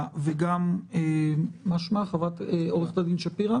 מה אמרו חברי הקואליציה דהיום על החוק הנורבגי.